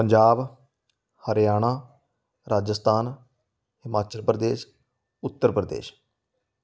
Punjab Haryana Rajasthan Himachal Pradesh Uttar Pradesh